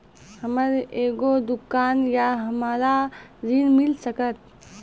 हमर एगो दुकान या हमरा ऋण मिल सकत?